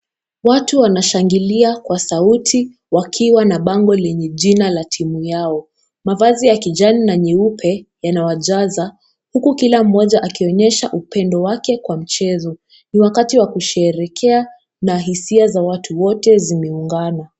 Watu wanashangilia kwa sauti, wakiwa na bango lenye jina la timu yao. Mavazi ya kijani na nyeupe yanawajaza huku kila mmoja akionyesha upendo wake kwa mchezo. Ni wakati wa kusherehekea na hisia za watu wote zimeungana.